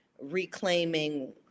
reclaiming